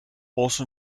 also